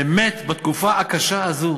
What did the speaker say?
באמת, בתקופה הקשה הזאת